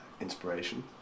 inspiration